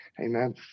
Amen